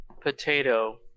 Potato